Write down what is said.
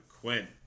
Quinn